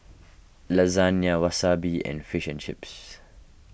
Lasagne Wasabi and Fish and Chips